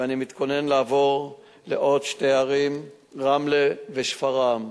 ואני מתכונן לעבור לעוד שתי ערים, רמלה ושפרעם.